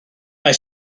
mae